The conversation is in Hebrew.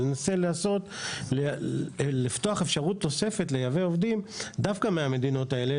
אבל כן ננסה לפתוח אפשרות נוספת לייבא עובדים דווקא מהמדינות האלה,